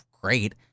great